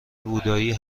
بودایی